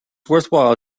worthwhile